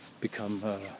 become